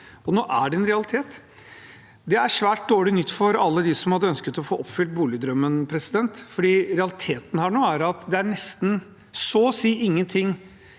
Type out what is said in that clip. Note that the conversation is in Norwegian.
Nå er det en realitet. Det er svært dårlig nytt for alle dem som hadde ønsket å få oppfylt boligdrømmen, for realiteten er at det nå er så å si ingenting